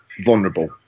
vulnerable